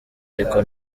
ariko